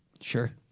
Sure